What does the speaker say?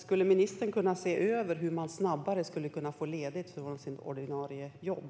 Skulle ministern kunna se över hur människor snabbare skulle kunna få ledigt från sina ordinarie jobb?